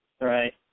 Right